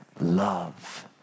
Love